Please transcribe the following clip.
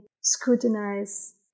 scrutinize